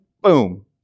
boom